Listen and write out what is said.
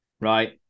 right